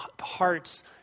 hearts